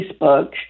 Facebook